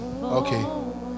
Okay